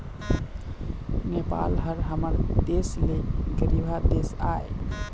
नेपाल ह हमर देश ले गरीबहा देश आय